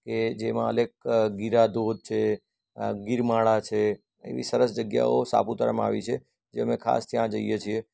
કે જેમાં આલેક ગિરા ધોધ છે આ ગિરમાળા છે એવી સરસ જગ્યાઓ સાપુતારામાં આવી છે જે અમે ખાસ ત્યાં જઈએ છીએ